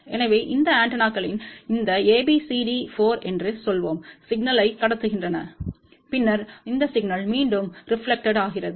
எனவே இந்த ஆண்டெனாக்களில் இந்த A B C D 4 என்று சொல்வோம் சிக்னல்யை கடத்துகின்றன பின்னர் அந்த சிக்னல் மீண்டும் ரெப்லக்டெட்கிறது